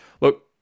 look